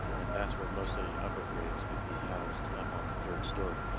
and that's where most of the upper grades would be housed, up on the third story.